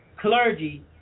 clergy